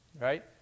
right